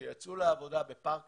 כשיצאו לעבודה בפארק